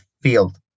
field